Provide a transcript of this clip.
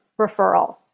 referral